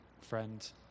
friend